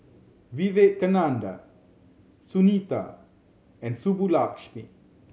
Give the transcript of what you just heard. Vivekananda Sunita and Subbulakshmi